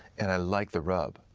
and i like the rub.